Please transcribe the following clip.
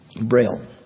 braille